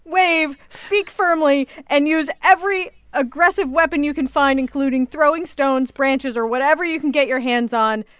wave, speak firmly and use every aggressive weapon you can find, including throwing stones, branches or whatever you can get your hands on.